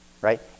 right